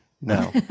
no